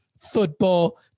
football